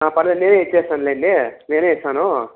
పర్లేదు నేనే ఇచ్చేస్తాను లేండి నేనే ఇస్తానూ